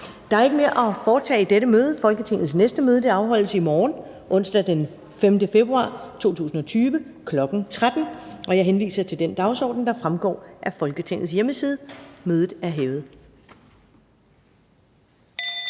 Der er ikke mere at foretage i dette møde. Folketingets næste møde afholdes i morgen, onsdag den 5. februar 2020, kl. 13.00. Jeg henviser til den dagsorden, der fremgår af Folketingets hjemmeside. Mødet er hævet.